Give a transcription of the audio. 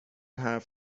حرف